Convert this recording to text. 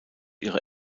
ihre